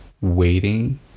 waiting